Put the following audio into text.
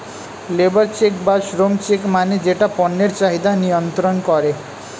labour check বা শ্রম check মানে যেটা পণ্যের চাহিদা নিয়ন্ত্রন করে